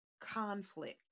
conflict